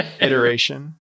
iteration